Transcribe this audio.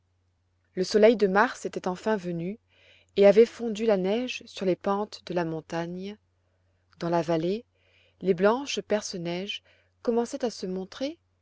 le soleil de mars était enfin venu et avait fondu la neige sur les pentes de la montagne dans la vallée les blanches perce neige commençaient à se montrer